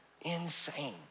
insane